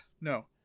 no